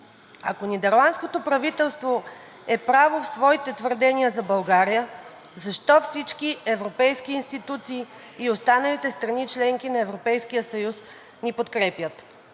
Ако нидерландското правителство е право в своите твърдения за България, защо всички европейски институции и останалите страни – членки на Европейския съюз, ни подкрепят?